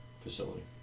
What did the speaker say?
facility